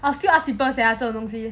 I will still ask people sia 这种东西